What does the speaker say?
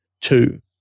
two